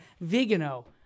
Vigano